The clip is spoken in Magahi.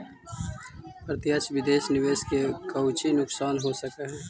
प्रत्यक्ष विदेश निवेश के कउची नुकसान हो सकऽ हई